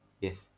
yes